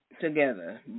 together